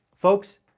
Folks